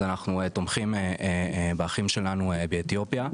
אז אנחנו תומכים באחים שלנו באתיופיה,